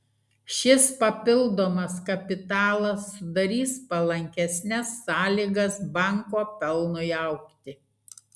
šis papildomas kapitalas sudarys palankesnes sąlygas banko pelnui augti